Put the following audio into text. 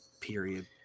period